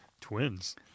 Twins